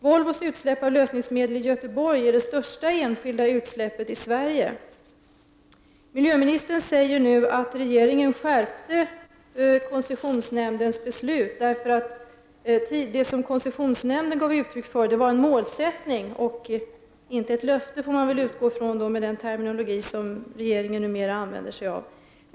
Volvos utsläpp av lösningsmedel i Göteborg är det största enskilda utsläppet i Sverige. Nu säger miljöministern att regeringen skärpte koncessionsnämndens beslut. Det som koncessisionsnämnden gav uttryck för var en målsättning och inte ett löfte, och med den terminologi som regeringen numera använder sig av får man väl utgå ifrån detta.